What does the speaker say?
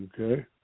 Okay